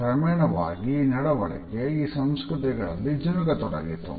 ಕ್ರಮೇಣವಾಗಿ ಈ ನಡವಳಿಕೆ ಈ ಸಂಸ್ಕೃತಿಗಳಲ್ಲಿ ಜಿನುಗತೊಡಗಿತು